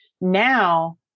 Now